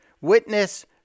Witness